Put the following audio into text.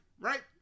Right